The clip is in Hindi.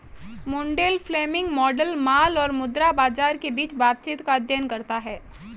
मुंडेल फ्लेमिंग मॉडल माल और मुद्रा बाजार के बीच बातचीत का अध्ययन करता है